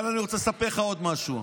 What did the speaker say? אבל אני רוצה לספר לך עוד משהו.